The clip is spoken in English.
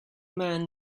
man